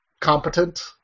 competent